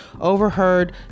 overheard